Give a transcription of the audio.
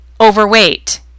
overweight